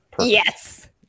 yes